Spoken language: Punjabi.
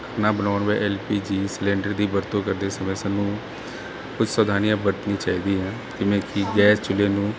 ਖਾਣਾ ਬਣਾਉਣ ਐਲਪੀਜੀ ਸਿਲੰਡਰ ਦੀ ਵਰਤੋਂ ਕਰਦੇ ਸਮੇਂ ਸਾਨੂੰ ਕੁਝ ਸਵਧਾਨੀਆਂ ਵਰਤਣੀ ਚਾਹੀਦੀ ਹੈ ਜਿਵੇਂ ਕੀ ਗੈਸ ਚੁਲੇ ਨੂੰ